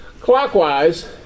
clockwise